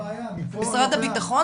משרד הבטחון,